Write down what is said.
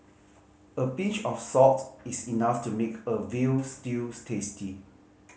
a pinch of salt is enough to make a veal stews tasty